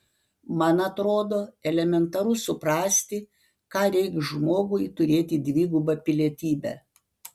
man atrodo elementaru suprasti ką reikš žmogui turėti dvigubą pilietybę